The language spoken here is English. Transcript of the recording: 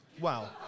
Wow